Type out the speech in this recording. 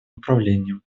направлениям